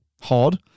hard